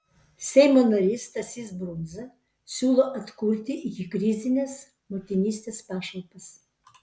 seimo narys stasys brundza siūlo atkurti ikikrizines motinystės pašalpas